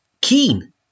Keen